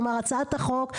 כלומר הצעת החוק,